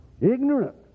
ignorant